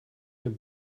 dem